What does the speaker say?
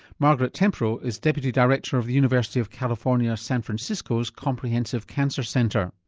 margaret tempero is deputy director of the university of california san francisco's comprehensive cancer center.